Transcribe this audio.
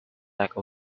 like